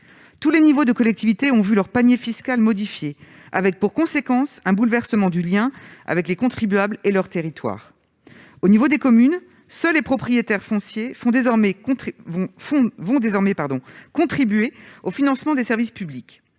Tous les niveaux de collectivités ont vu leur panier fiscal modifié, avec pour conséquence un bouleversement du lien entre les contribuables et leur territoire. Au niveau des communes, seuls les propriétaires fonciers vont désormais contribuer au financement des services publics.